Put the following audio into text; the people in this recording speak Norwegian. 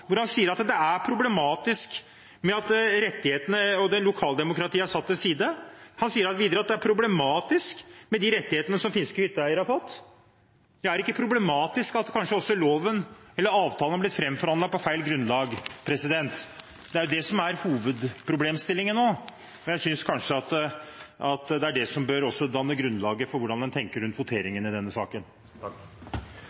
hvor han sier at det er problematisk at rettighetene og lokaldemokratiet er satt til side. Han sier videre at det er problematisk med de rettighetene som finske hytteeiere har fått. Det er ikke problematisk at kanskje også avtalen er blitt framforhandlet på feil grunnlag. Det er jo det som er hovedproblemstillingen nå, og jeg synes kanskje at det er det som også bør danne grunnlaget for hvordan en tenker rundt